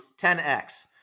10x